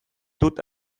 dut